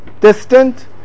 distant